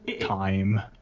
time